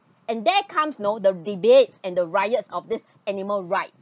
and there comes no the debate and the riots of this animal rights